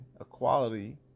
equality